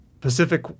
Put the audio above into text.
Pacific